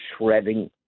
shredding